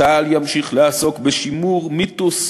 צה"ל ימשיך לעסוק בשימור מיתוס,